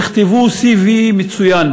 יכתבו CV מצוין,